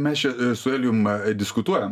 mes čia su elijum diskutuojam